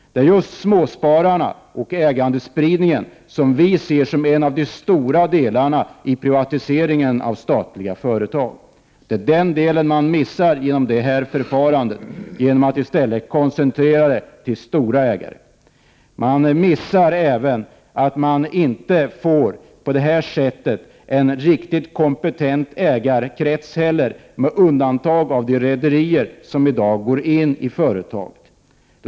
Det är just småsparandet och ägandespridningen som vi ser som de stora delarna i privatiseringen av statliga företag. Men denna del missar man med det här förfarandet då man i stället koncentrerar det till de stora ägarna. På detta sätt får man inte heller en riktigt kompetent ägarkrets, med undantag av de rederier som i dag går in i företag.